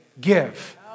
give